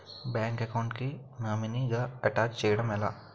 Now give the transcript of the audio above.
Bank account కి nominee గా attach చేయడం ఎలా?